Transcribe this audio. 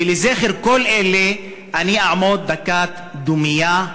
ולזכר כל אלה אני אעמוד דקת דומייה,